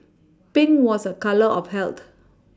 Pink was a colour of health